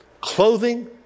clothing